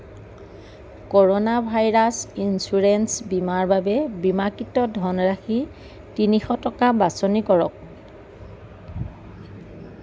corona virus insurance বীমাৰ বাবে বীমাকৃত ধনৰাশি তিনিশ টকা বাছনি কৰক